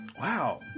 Wow